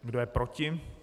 Kdo je proti?